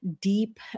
deep